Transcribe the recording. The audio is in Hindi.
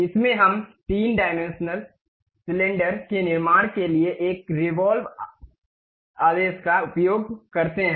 इसमें हम तीन डायमेंशनल सिलेंडर के निर्माण के लिए एक रेवॉल्व आदेश का उपयोग करते हैं